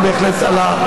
גם בהחלט על,